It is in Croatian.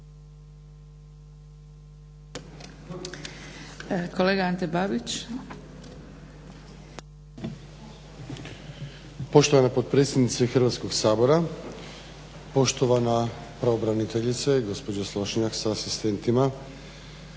Kolega Ante Babić.